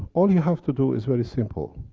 all you have to do is very simple,